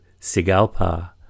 Sigalpa